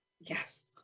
Yes